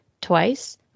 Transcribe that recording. twice